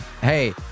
Hey